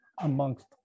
amongst